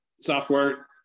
Software